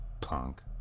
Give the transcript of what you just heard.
punk